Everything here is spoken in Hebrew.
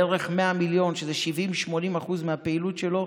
בערך 100 מיליון, שזה 70% 80% מהפעילות שלו,